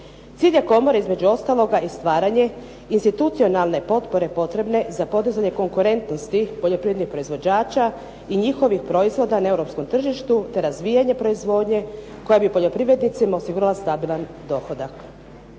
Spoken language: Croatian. Cilj je komore između ostaloga i stvaranje institucionalne potpore potrebne za podizanje konkurentnosti poljoprivrednih proizvođača i njihovih proizvoda na europskom tržištu, te razvijanje proizvodnje koja bi poljoprivrednicima osigurala stabilan dohodak.